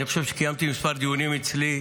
אני חושב שקיימתי איתם כמה דיונים אצלי,